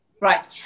Right